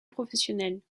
professionnelle